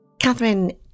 Catherine